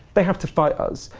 they have to fight us.